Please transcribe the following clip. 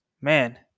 Man